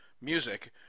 music